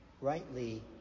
Rightly